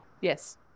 Yes